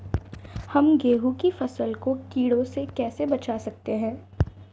हम गेहूँ की फसल को कीड़ों से कैसे बचा सकते हैं?